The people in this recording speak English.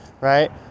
right